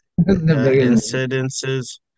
incidences